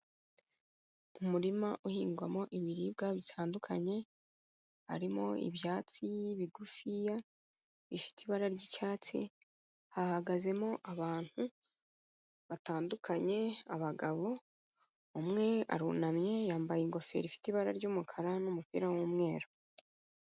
Umurima uhingwamo ibiribwa bitandukanye, harimo ibyatsi bigufiya, bifite ibara ry'icyatsi, hahagazemo abantu batandukanye, abagabo, umwe arunamye yambaye ingofero ifite ibara ry'umukara n'umupira w'umweru.